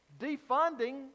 defunding